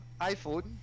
iPhone